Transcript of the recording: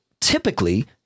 typically